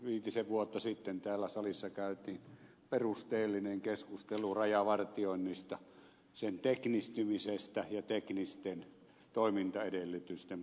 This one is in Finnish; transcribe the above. viitisen vuotta sitten täällä salissa käytiin perusteellinen keskustelu rajavartioinnista sen teknistymisestä ja teknisten toimintaedellytysten parantamisesta